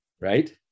right